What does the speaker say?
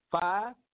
five